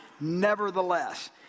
nevertheless